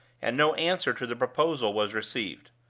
and no answer to the proposal was received.